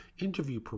interview